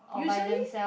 usually